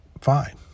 Fine